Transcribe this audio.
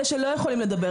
אלה שלא יכולים לדבר,